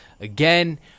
again